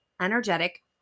energetic